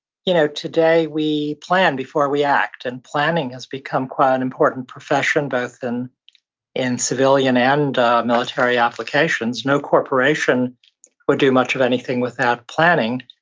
you know today we plan before we act. and planning has become quite an important profession, both and in civilian and military applications. no corporation would do much of anything without planning.